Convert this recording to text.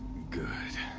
good.